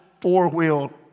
four-wheel